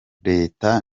leta